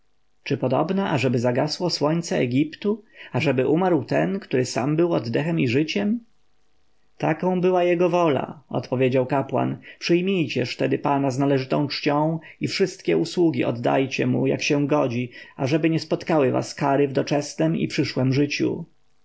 czy podobna ażeby zagasło słońce egiptu ażeby umarł ten który sam był oddechem i życiem taką była jego wola odpowiedział kapłan przyjmijcież tedy pana z należytą czcią i wszystkie usługi oddajcie mu jak się godzi ażeby nie spotkały was kary w doczesnem i przyszłem życiu